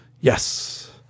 yes